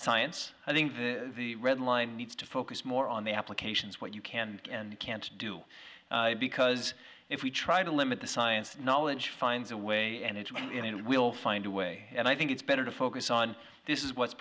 science i think the red line needs to focus more on the applications what you can and can't do because if we try to limit the science knowledge find the way and it will find a way and i think it's better to focus on this is what's